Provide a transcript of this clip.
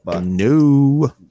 no